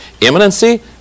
imminency